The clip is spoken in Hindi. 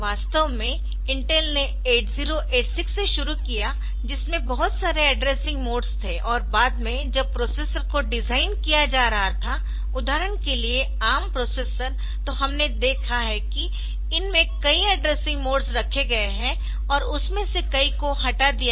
वास्तव में इंटेल ने 8086 से शुरू किया जिसमें बहुत सारे एड्रेसिंग मोड्स थे और बाद में जब प्रोसेसर को डिजाइन किया जा रहा था उदाहरण के लिए आर्म प्रोसेसर तो हमने देखा है कि इसमें कई एड्रेसिंग मोड्स रखे गए है और उनमें से कई को हटा दिया गया है